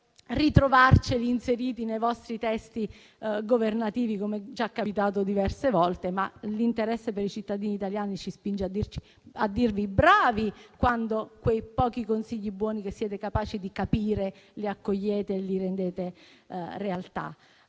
poi ritrovarceli inseriti nei vostri testi governativi, come già capitato diverse volte. L'interesse per i cittadini italiani ci spinge a dirvi "bravi", quando quei pochi consigli buoni che siete capaci di capire li accogliete e li rendete realtà.